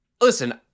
listen